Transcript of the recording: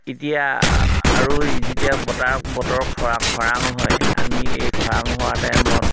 এতিয়া আৰু যেতিয়া বতা বতৰ খৰাং খৰাং হয় আমি এই খৰাং হোৱাৰ টাইমত